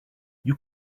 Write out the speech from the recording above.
you